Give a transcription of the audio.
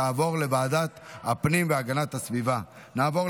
לוועדת הפנים והגנת הסביבה נתקבלה.